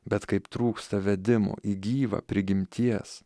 bet kaip trūksta vedimo į gyvą prigimties